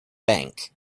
bank